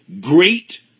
great